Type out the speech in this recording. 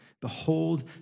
Behold